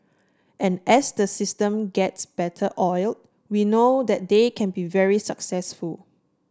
and as the system gets better oil we know that they can be very successful